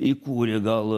įkūrė gal